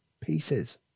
pieces